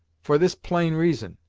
for this plain reason.